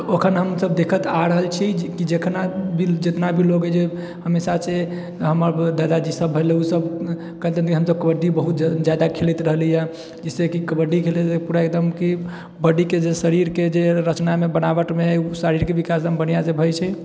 ओ अखन हमसब देखैत आ रहल छी कि जेतना भी लोग जे हमेशा से हमर दादाजी सब भेलै ओ सब कहतै कि हमसब कबड्डी बहुत जादा खेलाइत रहली यऽ जइसे कि कबड्डी खेलै से पूरा एकदम कि बॉडीके शरीरके जे रचनामे बनावटमे शरीरके विकासमे बढ़िऑं से भए छै